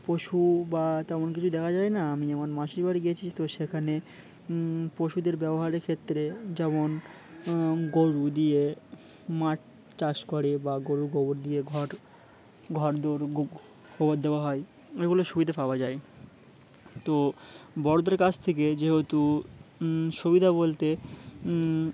পশু বা তেমন কিছু দেখা যায় না আমি যেমন মাসির বাড়ি গিয়েছি তো সেখানে পশুদের ব্যবহারের ক্ষেত্রে যেমন গরু দিয়ে মাঠ চাষ করে বা গরুর গোবর দিয়ে ঘর ঘর দৌড় গোবর দেওয়া হয় এগুলো সুবিধা পাওয়া যায় তো বড়োদের কাছ থেকে যেহেতু সুবিধা বলতে